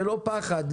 ללא פחד,